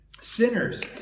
Sinners